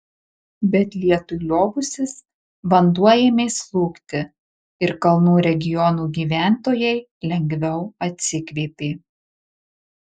bet lietui liovusis vanduo ėmė slūgti ir kalnų regionų gyventojai lengviau atsikvėpė